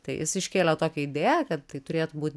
tai jis iškėlė tokią idėją kad tai turėtų būti